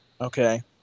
Okay